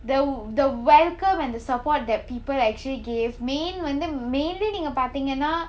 the the welcome and the support that people actually gave main வந்து:vanthu mainly நீங்க பார்தீங்கனா:neenga paartheenganaa